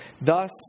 thus